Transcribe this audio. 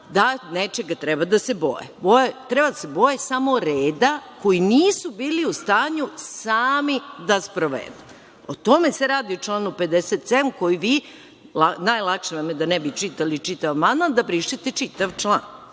da nečega treba da se boje. Treba da se boje samo reda, koji nisu bili u stanju sami da sprovedu. O tome se radi u članu 57, koji vi, najlakše vam je da ne bi čitali čitav amandman, da brišete čitav član.